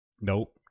Nope